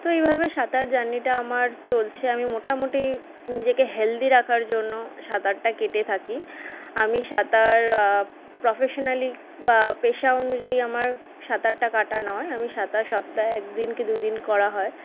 তো এইভাবে সাঁতার জার্নিটা আমার চলছে আমি মোটামুটি নিজেকে হেলদি রাখার জন্য সাঁতারটা কেটে থাকি আমি সাঁতার প্রফেশনালি বা পেশা অনুযায়ী আমার সাঁতারটা কাটা নয় আমি সাঁতার সপ্তাহে এক দিন কি দু দিন করা হয়